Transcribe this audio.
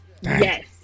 yes